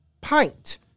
pint